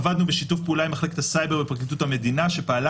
עבדנו בשיתוף פעולה עם מחלקת הסייבר בפרקליטות המדינה שפעלה